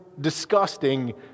disgusting